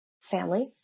family